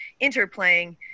interplaying